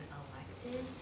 elected